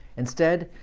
instead,